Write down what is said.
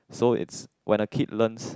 so it's when a kid learns